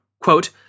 Quote